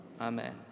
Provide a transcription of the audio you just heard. Amen